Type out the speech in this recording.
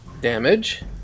damage